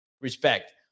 Respect